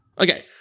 Okay